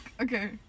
Okay